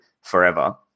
forever